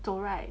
走 right